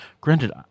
Granted